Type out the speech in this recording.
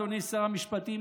אדוני שר המשפטים,